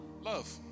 Love